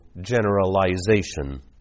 generalization